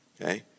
okay